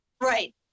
Right